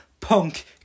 punk